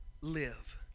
live